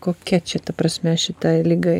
kokia čia ta prasme šita liga